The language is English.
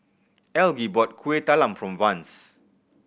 Algie bought Kuih Talam for Vance